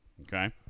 Okay